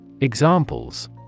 Examples